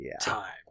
time